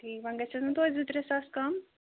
ٹھیٖک وۅنۍ گژھٮ۪س نہٕ توتہِ زٕ ترٛےٚ ساس کَم